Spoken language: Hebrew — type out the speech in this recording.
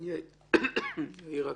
יאירה,